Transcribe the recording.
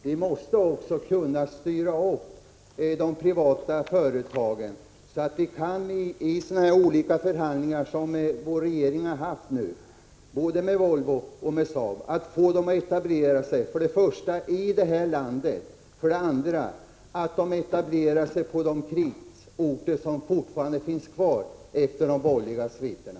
Vi måste kunna styra de privata företagen, så att vi efter förhandlingar — som vår regering — nu haft både med Volvo och med Saab — kan få företagen att etablera sig för det första inom landet och för det andra på de krisorter som fortfarande finns kvar, efter de borgerliga sviterna.